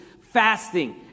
fasting